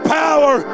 power